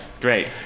Great